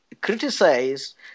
criticized